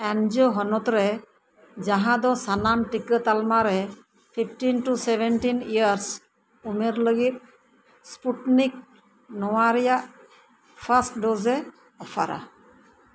ᱮᱱᱡᱳ ᱦᱚᱱᱚᱛ ᱨᱮ ᱡᱟᱦᱟᱸ ᱫᱚ ᱥᱟᱱᱟᱢ ᱴᱤᱠᱟᱹ ᱛᱟᱞᱢᱟᱨᱮ ᱯᱷᱤᱯᱴᱤᱱ ᱴᱩ ᱥᱮᱵᱷᱮᱱᱴᱤᱱ ᱤᱭᱟᱨᱥ ᱩᱢᱮᱨ ᱞᱟᱹᱜᱤᱫ ᱥᱯᱩᱴᱱᱤᱠ ᱱᱚᱶᱟ ᱨᱮᱭᱟᱜ ᱯᱷᱟᱥᱴ ᱰᱳᱡᱽ ᱮ ᱚᱯᱷᱟᱨᱟ